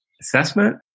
assessment